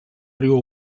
riu